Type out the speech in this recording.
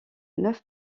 neuf